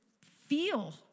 feel